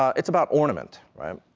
it's about ornament, right,